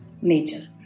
nature